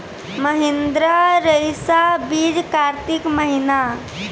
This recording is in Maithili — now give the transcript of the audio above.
महिंद्रा रईसा बीज कार्तिक महीना?